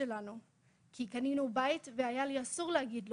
שלנו כי קנינו בית והיה לי אסור להגיד לו.